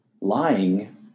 lying